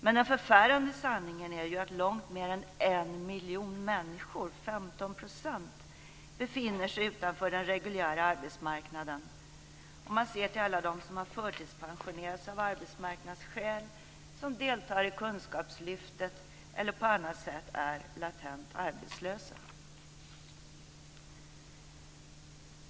Men den förfärande sanningen är ju att långt mer än en miljon människor, 15 %, befinner sig utanför den reguljära arbetsmarknaden, om man ser till alla dem som har förtidspensionerats av arbetsmarknadsskäl, som deltar i kunskapslyftet eller på annat sätt är latent arbetslösa.